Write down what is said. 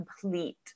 complete